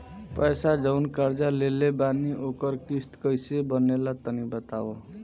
पैसा जऊन कर्जा लेले बानी ओकर किश्त कइसे बनेला तनी बताव?